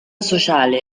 sociale